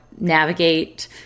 navigate